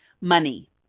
money